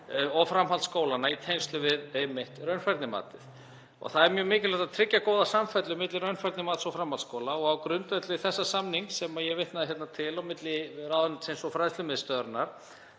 og framhaldsskólanna í tengslum við einmitt raunfærnimatið. Það er mjög mikilvægt að tryggja góða samfellu milli raunfærnimats og framhaldsskóla og á grundvelli þessa samnings sem ég vitnaði hérna til, á milli ráðuneytisins og fræðslumiðstöðvarinnar,